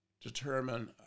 determine